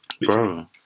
bro